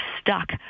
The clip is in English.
stuck